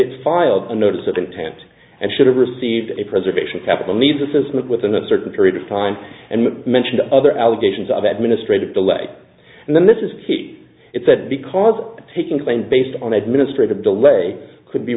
it filed a notice of intent and should have received a preservation of capital needs assessment within a certain period of time and mentioned other allegations of administrative delay and then this is it said because taking claim based on administrative delay could be